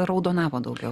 raudonavo daugiau